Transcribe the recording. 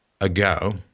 ago